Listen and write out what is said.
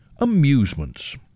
Amusements